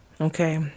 okay